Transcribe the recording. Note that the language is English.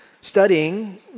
studying